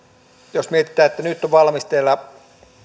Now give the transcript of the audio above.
jos mietitään nyt on valmisteilla